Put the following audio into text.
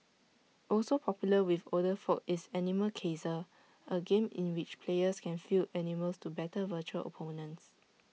also popular with older folk is animal Kaiser A game in which players can field animals to battle virtual opponents